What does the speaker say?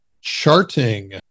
charting